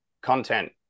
content